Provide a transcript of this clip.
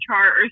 chart